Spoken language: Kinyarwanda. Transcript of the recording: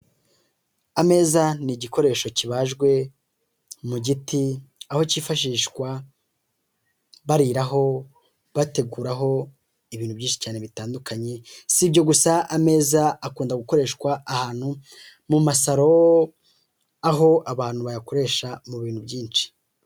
Ameza ni igikoresho kibajwe mu giti, aho cyifashishwa bariraho, bateguraho ibintu byinshi cyane bitandukanye, si ibyo gusa ameza akunda gukoreshwa ahantu mu masaro, aho abantu bayakoresha mu bintu byinshi.